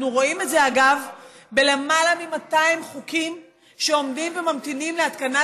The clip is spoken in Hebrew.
אנחנו רואים את זה ביותר מ-200 חוקים שעומדים וממתינים להתקנת